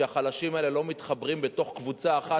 שאת החלשים האלה לא מחברים בתוך קבוצה אחת.